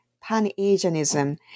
Pan-Asianism